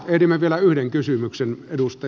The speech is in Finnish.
ehdimme vielä yhden kysymyksen edusta